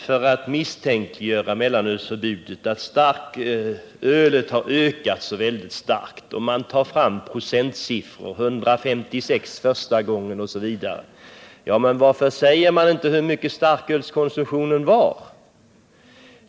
För att misstänkliggöra mellanölsförbudet har vissa intressen hävdat att starkölskonsumtionen har ökat oerhört. Men varför säger man då inte hur stor starkölskonsumtionen var?